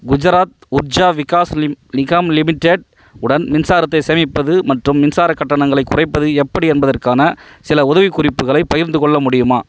குஜராத் உர்ஜா விகாஸ் லிம் நிகாம் லிமிடெட் உடன் மின்சாரத்தை சேமிப்பது மற்றும் மின்சாரக் கட்டணங்களைக் குறைப்பது எப்படி என்பதற்கான சில உதவிக்குறிப்புகளைப் பகிர்ந்து கொள்ள முடியுமா